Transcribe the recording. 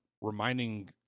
reminding